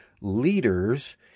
leaders